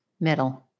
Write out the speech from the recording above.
Middle